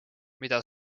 mida